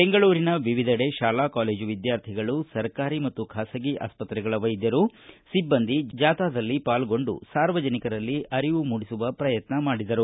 ಬೆಂಗಳೂರಿನ ವಿವಿಧಡೆ ಶಾಲಾ ಕಾಲೇಜು ವಿದ್ಯಾರ್ಥಿಗಳು ಸರ್ಕಾರಿ ಮತ್ತು ಖಾಸಗಿ ಆಸ್ಪತ್ರೆಗಳ ವೈದ್ಯರು ಸಿಬ್ಬಂದಿ ಜಾಗೃತಿ ಜಾಥಾದಲ್ಲಿ ಪಾಲ್ಗೊಂಡು ಸಾರ್ವಜನಿಕರಲ್ಲಿ ಅರಿವು ಮೂಡಿಸುವ ಪ್ರಯತ್ನ ಮಾಡಿದರು